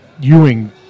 Ewing